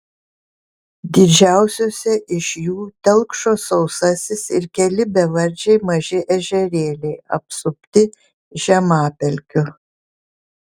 didžiausiose iš jų telkšo sausasis ir keli bevardžiai maži ežerėliai apsupti žemapelkių